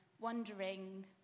wondering